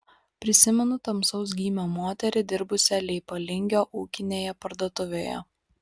prisimenu tamsaus gymio moterį dirbusią leipalingio ūkinėje parduotuvėje